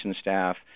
staff